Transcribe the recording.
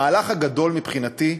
המהלך הגדול, מבחינתי,